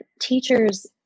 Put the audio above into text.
teachers